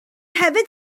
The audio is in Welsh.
hefyd